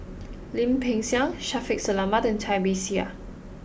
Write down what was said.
Lim Peng Siang Shaffiq Selamat and Cai Bixia